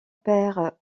père